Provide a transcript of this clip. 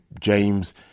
James